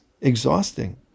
exhausting